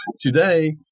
Today